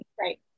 Right